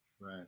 Right